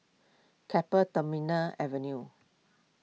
Keppel Terminal Avenue